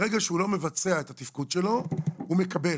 ברגע שהוא לא מבצע את התפקוד שלו, הוא מקבל.